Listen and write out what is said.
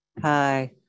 Hi